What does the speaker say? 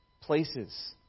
places